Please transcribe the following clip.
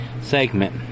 Segment